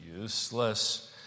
useless